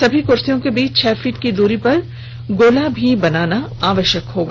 सभी कुर्सियों के बीच छह फीट की दूरी पर गोला भी बनाना होगा